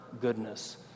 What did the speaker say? goodness